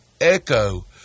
Echo